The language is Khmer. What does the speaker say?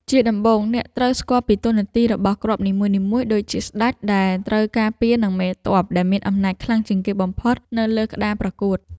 ជាដំបូងអ្នកត្រូវស្គាល់ពីតួនាទីរបស់គ្រាប់នីមួយៗដូចជាស្តេចដែលត្រូវការពារនិងមេទ័ពដែលមានអំណាចខ្លាំងជាងគេបំផុតនៅលើក្តារប្រកួត។